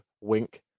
wink